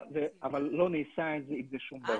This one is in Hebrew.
אבל לא נעשה עם זה שום דבר.